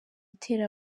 itera